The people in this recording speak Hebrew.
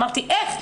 אמרתי איך?